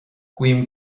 guím